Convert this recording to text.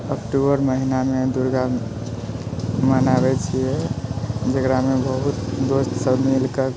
अक्टूबर महिनामे दुर्गा मनाबै छियै जकरामे बहुत दोस्त सब मिलि कऽ